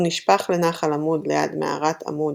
הוא נשפך לנחל עמוד ליד מערת עמוד